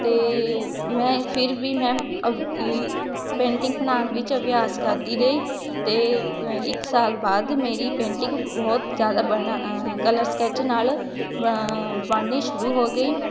ਅਤੇ ਮੈਂ ਫਿਰ ਵੀ ਮੈਂ ਪੇਂਟਿੰਗ ਬਣਾਉਣ ਵਿੱਚ ਅਭਿਆਸ ਕਰਦੀ ਰਹੀ ਅਤੇ ਇੱਕ ਸਾਲ ਬਾਅਦ ਮੇਰੀ ਪੇਂਟਿੰਗ ਬਹੁਤ ਜ਼ਿਆਦਾ ਬਣਾ ਕਲਰ ਸਕੈੱਚ ਨਾਲ ਬ ਬਣਨੀ ਸ਼ੁਰੂ ਹੋ ਗਈ